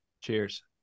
Cheers